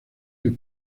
del